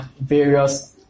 various